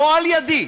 לא על-ידַי,